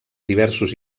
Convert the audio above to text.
diversos